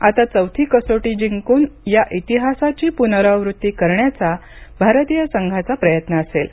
आता चौथी कसोटी जिंकून या इतिहासाची पुनरावृत्ती करण्याचा भारतीय संघाचा प्रयत्न असेल